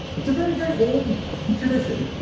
it's a very, very old tradition,